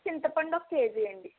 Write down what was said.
చింతపండు ఒక కేజీ ఇవ్వండి